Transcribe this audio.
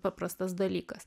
paprastas dalykas